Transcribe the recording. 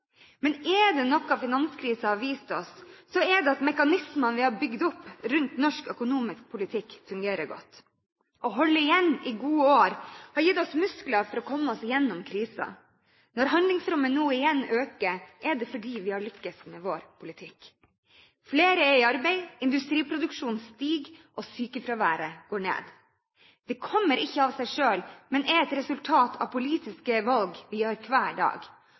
men er det noe finanskrisen har vist oss, er det at mekanismene vi har bygd opp rundt norsk økonomisk politikk, fungerer godt. Å holde igjen i gode år har gitt oss muskler til å komme oss gjennom kriser. Når handlingsrommet nå igjen øker, er det fordi vi har lyktes med vår politikk. Flere er i arbeid, industriproduksjonen stiger, og sykefraværet går ned. Det kommer ikke av seg selv, men er et resultat av politiske valg vi gjør hver dag.